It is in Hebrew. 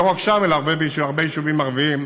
ולא רק שם, אלא בהרבה יישובים ערביים,